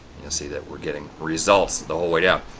you'll see that we're getting results the whole way out.